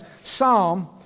Psalm